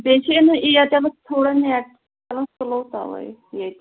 بیٚیہِ چھِ اَمیُک اِیَرٹٮ۪لُک تھوڑا نٮ۪ٹ چَلان سُلو تَوَے ییٚتہِ